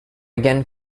again